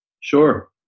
Sure